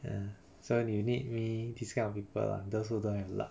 ya so you need me this kind of people lah those who don't have luck